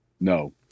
No